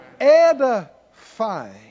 Edifying